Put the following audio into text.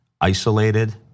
isolated